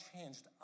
changed